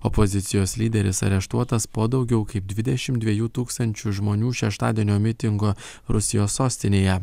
opozicijos lyderis areštuotas po daugiau kaip dvidešim dviejų tūkstančių žmonių šeštadienio mitingo rusijos sostinėje